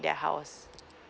their house